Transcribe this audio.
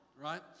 right